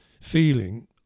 feeling